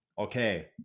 Okay